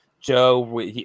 Joe